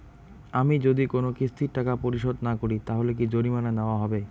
আমি যদি কোন কিস্তির টাকা পরিশোধ না করি তাহলে কি জরিমানা নেওয়া হবে?